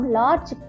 large